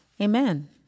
Amen